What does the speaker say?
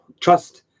trust